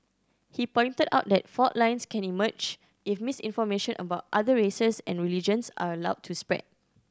he pointed out that fault lines can emerge if misinformation about other races and religions are allowed to spread